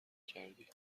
کردی